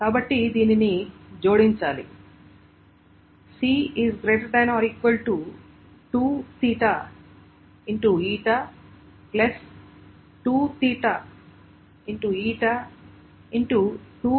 కాబట్టి దీనిని జోడించాలి